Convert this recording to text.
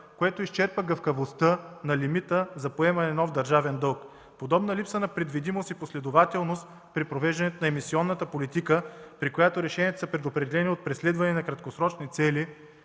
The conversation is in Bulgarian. което изчерпа гъвкавостта на лимита за поемане на нов държавен дълг. Подобна липса на предвидимост и последователност при провеждането на емисионната политика, при която решенията са предопределени от преследването на краткосрочни цели,